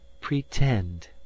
pretend